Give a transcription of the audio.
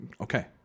okay